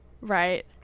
right